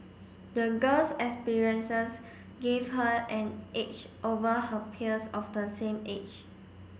the girl's experiences gave her an edge over her peers of the same age